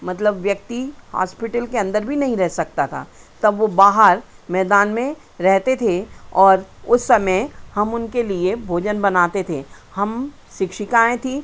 मतलब व्यक्ति हॉस्पिटल के अंदर भी नहीं रहे सकता था तब वो बाहर मैदान में रहते थे और उस समय हम उनके लिए भोजन बनाते थे हम शिक्षिकाएँ थी